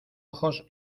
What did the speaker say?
ojos